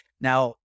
now